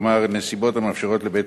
כלומר נסיבות המאפשרות לבית-המשפט,